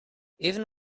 even